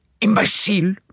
imbecile